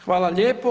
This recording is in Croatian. Hvala lijepo.